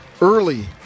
early